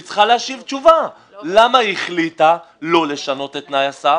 והיא צריכה להשיב תשובה למה היא החליטה לא לשנות את תנאי הסף,